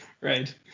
right